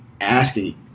asking